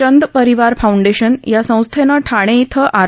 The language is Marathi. चंद परिवार फाऊंडेशन या संस्थेनं ठाणे इथं आर